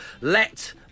Let